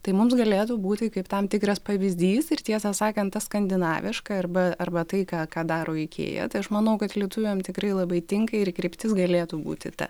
tai mums galėtų būti kaip tam tikras pavyzdys ir tiesą sakant ta skandinaviška arba arba tai ką ką daro ikėja tai aš manau kad lietuviam tikrai labai tinka ir kryptis galėtų būti ta